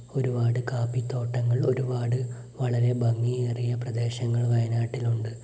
ഒരുപാട് കാപ്പിത്തോട്ടങ്ങൾ ഒരുപാട് വളരെ ഭംഗിയേറിയ പ്രദേശങ്ങൾ വയനാട്ടിലുണ്ട്